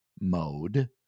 mode